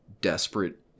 desperate